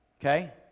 Okay